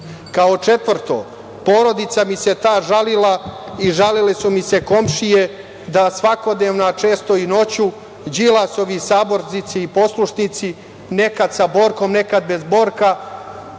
četvrto, porodica mi se ta žalila i žalile su mi se komšije da svakodnevno, a često i noću Đilasovi saborci i poslušnici nekad sa Borkom, nekad bez Borka